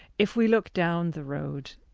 if we look down the road,